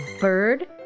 bird